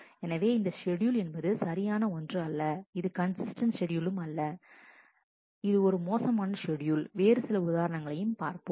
எனவே இந்த ஷெட்யூல் என்பது சரியான ஒன்று அல்ல அது கன்சிஸ்டன்ட் ஷெட்யூலும் அல்ல இது ஒரு மோசமான ஷெட்யூல் வேறு சில உதாரணங்களையும் பார்ப்போம்